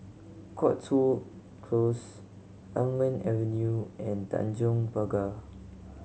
Cotswold Close Almond Avenue and Tanjong Pagar